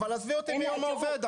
אבל עזבי אותי מיום העובד,